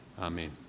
Amen